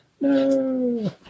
no